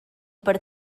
per